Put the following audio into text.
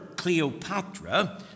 Cleopatra